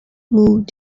mood